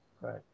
right